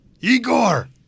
Igor